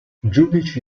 giudici